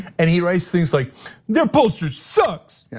and he writes things like their pollster sucks. yeah,